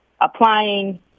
applying